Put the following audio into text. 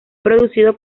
producido